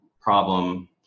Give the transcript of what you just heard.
problem